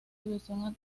división